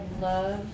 love